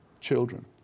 children